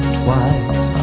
twice